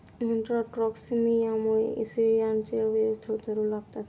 इंट्राटॉक्सिमियामुळे शेळ्यांचे अवयव थरथरू लागतात